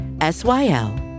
S-Y-L